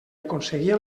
aconseguia